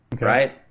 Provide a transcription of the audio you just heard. right